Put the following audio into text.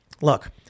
Look